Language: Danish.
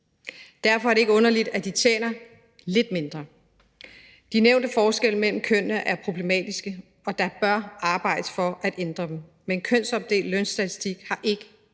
Derfor er det ikke underligt, at de tjener lidt mindre. De nævnte forskelle mellem kønnene er problematiske, og der bør arbejdes for at ændre dem, men kønsopdelt lønstatistik har ikke